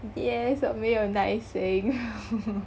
yes 我没有耐心